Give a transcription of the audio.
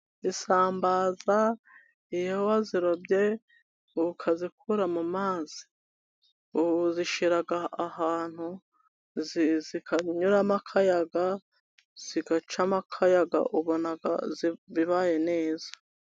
Izisambaza iyo wazirobye ukazikura mu mazi, ubu uzishira ahantu zikanyuramo akayaga, zigacamo akayaga ubona bibaye neza.